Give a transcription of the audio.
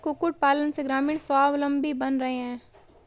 कुक्कुट पालन से ग्रामीण स्वाबलम्बी बन रहे हैं